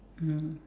mmhmm